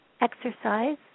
exercise